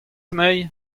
anezhi